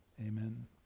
Amen